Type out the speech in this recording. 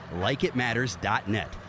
LikeItMatters.net